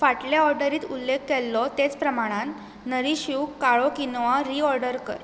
फाटले ऑर्डरींत उल्लेख केल्लो तेच प्रमाणान नरीश यू काळो कीनोआ रीऑर्डर कर